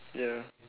ya